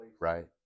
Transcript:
right